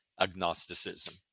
agnosticism